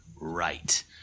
right